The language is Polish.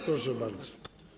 Proszę bardzo.